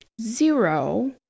zero